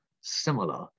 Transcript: similar